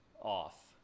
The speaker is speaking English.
off